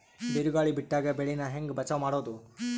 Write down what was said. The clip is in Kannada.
ಬಿರುಗಾಳಿ ಬಿಟ್ಟಾಗ ಬೆಳಿ ನಾ ಹೆಂಗ ಬಚಾವ್ ಮಾಡೊದು?